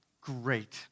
great